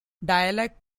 dialect